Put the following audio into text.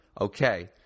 Okay